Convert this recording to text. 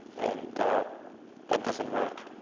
and that doesn't work.